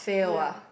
ya